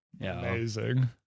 Amazing